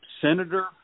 Senator